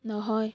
নহয়